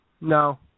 No